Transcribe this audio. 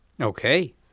Okay